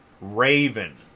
Raven